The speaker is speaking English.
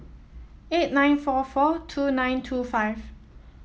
eight nine four four two nine two five